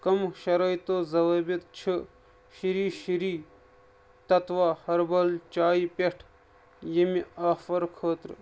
کم شرٲیطو ضوٲبط چھِ شری شری تتوا ہربٕل چایہِ پٮ۪ٹھ ییٚمہِ آفر خٲطرٕ